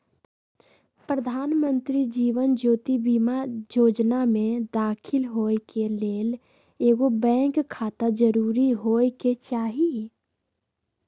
प्रधानमंत्री जीवन ज्योति बीमा जोजना में दाखिल होय के लेल एगो बैंक खाता जरूरी होय के चाही